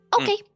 Okay